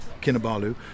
Kinabalu